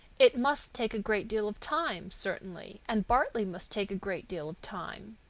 it must take a great deal of time, certainly, and bartley must take a great deal of time.